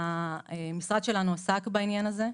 המשרד שלנו עסק בעניין הזה,